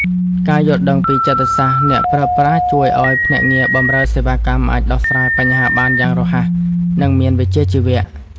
ការយល់ដឹងពីចិត្តសាស្ត្រអ្នកប្រើប្រាស់ជួយឱ្យភ្នាក់ងារបម្រើសេវាកម្មអាចដោះស្រាយបញ្ហាបានយ៉ាងរហ័ស និងមានវិជ្ជាជីវៈ។